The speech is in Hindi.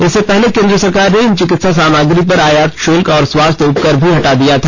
इससे पहले केंद्र सरकार ने इन चिकित्सा सामग्री पर आयात शुल्क और स्वास्थ्य उपकर भी हटा दिया था